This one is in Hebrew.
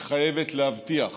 שחייבת להבטיח